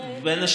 גם אבטחה?